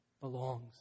belongs